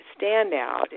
standout